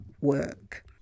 work